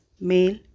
male